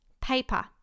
Paper